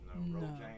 No